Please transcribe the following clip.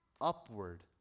upward